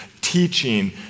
teaching